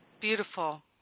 Beautiful